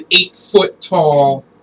eight-foot-tall